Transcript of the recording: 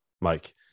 Mike